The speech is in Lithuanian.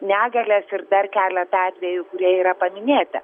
negalias ir dar keletą atvejų kurie yra paminėti